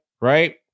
right